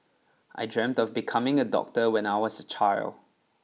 I dreamt of becoming a doctor when I was a child